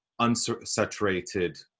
unsaturated